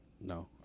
No